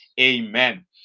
Amen